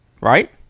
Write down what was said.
Right